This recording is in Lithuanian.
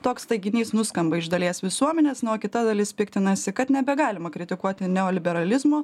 toks teiginys nuskamba iš dalies visuomenės na o kita dalis piktinasi kad nebegalima kritikuoti neoliberalizmo